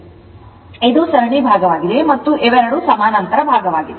ಆದ್ದರಿಂದ ಇದು ಸರಣಿ ಭಾಗವಾಗಿದೆ ಮತ್ತು ಇವೆರಡೂ ಸಮಾನಾಂತರ ಭಾಗವಾಗಿವೆ